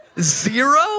Zero